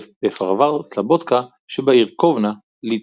בפרבר סלובודקה שבעיר קובנה, ליטא.